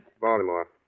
Baltimore